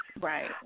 Right